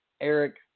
Eric